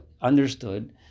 understood